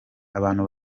abantu